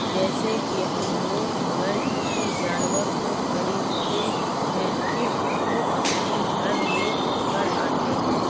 جیسے کہ ہم لوگ اگر کسی جانور کو خریدتے ہیں پھر اس کو اپنے گھر لے کر آتے ہیں